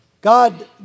God